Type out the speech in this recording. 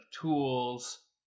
tools